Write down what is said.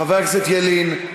חבר הכנסת ילין.